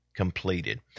Completed